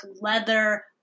leather